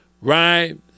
right